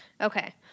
Okay